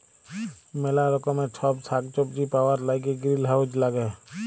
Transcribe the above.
ম্যালা রকমের ছব সাগ্ সবজি পাউয়ার ল্যাইগে গিরিলহাউজ ল্যাগে